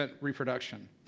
reproduction